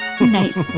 Nice